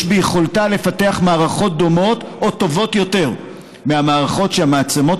ביכולתה לפתח מערכות דומות או טובות יותר מהמערכות שהמעצמות